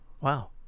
Wow